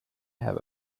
have